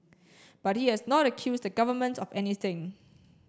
but he has not accused the Government of anything